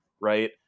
Right